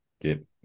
get